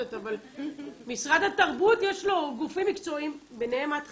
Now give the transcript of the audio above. יש לו גופים מקצועיים ביניהם את חברה,